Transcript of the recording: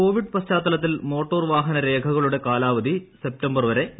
Covid പശ്ചാത്തലത്തിൽ motor വാഹന രേഖകളുടെ കാലാവധി സെപ്തംബർ വരെ നീട്ടി